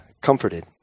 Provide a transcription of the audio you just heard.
comforted